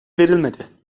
verilmedi